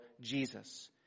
Jesus